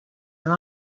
are